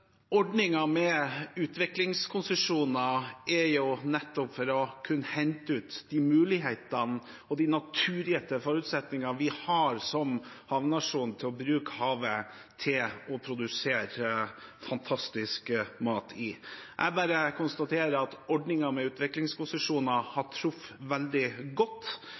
med utviklingskonsesjoner er nettopp for å kunne hente ut de mulighetene og de naturgitte forutsetningene vi som havnasjon har til å bruke havet til å produsere fantastisk mat. Jeg bare konstaterer at ordningen med utviklingskonsesjoner har truffet veldig godt.